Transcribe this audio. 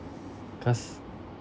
cause